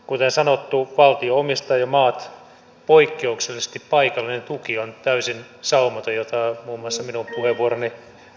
kuten sanottu valtio omistaa jo maat poikkeuksellisesti paikallinen tuki on täysin saumaton jota muun muassa minun puheenvuoroni osoittaa